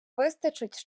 вистачить